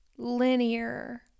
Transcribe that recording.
linear